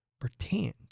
Pretend